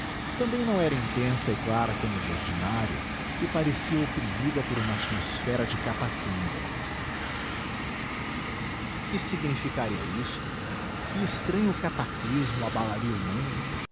também não era intensa e clara como de ordinário e parecia oprimida por uma atmosfera de catacumba que significaria isto que estranho cataclismo abalaria o mundo